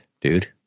dude